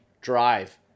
drive